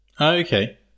Okay